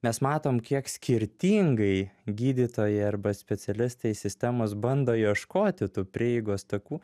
mes matom kiek skirtingai gydytojai arba specialistai sistemos bando ieškoti tų prieigos takų